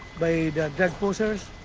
by the drug pushers.